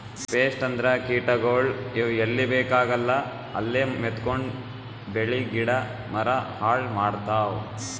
pest ಅಂದ್ರ ಕೀಟಗೋಳ್, ಇವ್ ಎಲ್ಲಿ ಬೇಕಾಗಲ್ಲ ಅಲ್ಲೇ ಮೆತ್ಕೊಂಡು ಬೆಳಿ ಗಿಡ ಮರ ಹಾಳ್ ಮಾಡ್ತಾವ್